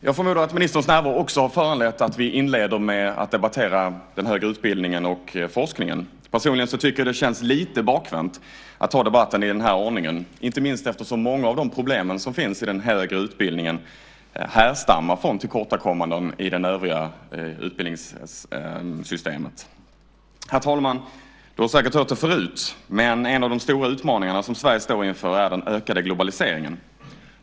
Jag förmodar att ministerns närvaro också har föranlett att vi inleder med att debattera den högre utbildningen och forskningen. Personligen tycker jag att det känns lite bakvänt att ta debatten i den här ordningen, inte minst eftersom många av de problem som finns i den högre utbildningen härstammar från tillkortakommanden i det övriga utbildningssystemet. Herr talman! Talmannen har säkert hört det förut, men en av de stora utmaningar som Sverige står inför är den ökande globaliseringen.